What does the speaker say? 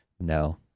No